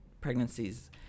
pregnancies